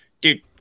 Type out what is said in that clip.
Dude